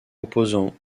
opposant